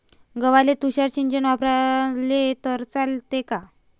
गव्हाले तुषार सिंचन वापरले तर चालते का?